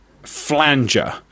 flanger